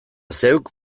zeuk